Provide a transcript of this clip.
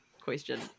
question